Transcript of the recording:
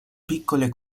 piccole